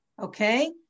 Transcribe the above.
Okay